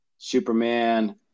Superman